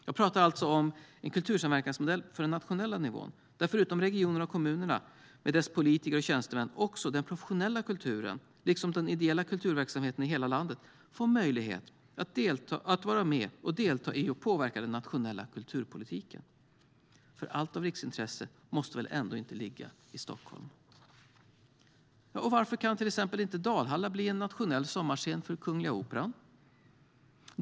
Jag pratar alltså om en kultursamverkansmodell för den nationella nivån, där förutom regionerna och kommunerna, med dess politiker och tjänstemän, också den professionella kulturen, liksom den ideella kulturverksamheten i hela landet, får möjlighet att vara med, delta och påverka den nationella kulturpolitiken. Allt av riksintresse måste väl ändå inte ligga i Stockholm? Varför kan till exempel inte Dalhalla bli en nationell sommarscen för Kungliga Operan?